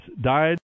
died